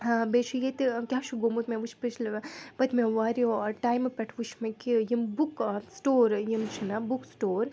ہا بیٚیہِ چھِ ییٚتہِ کیٛاہ چھُ گوٚمُت مےٚ وُچھ پچھلی بار پٔتۍمٮ۪و واریاہو ٹایِمو پؠٹھ وُچِھ مےٚ کہِ یِم بُک سِٹور یِم چھِنا بُک سِٹور